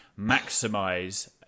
maximize